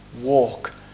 walk